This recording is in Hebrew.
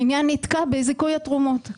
העניין נתקע בזיכוי התרומות,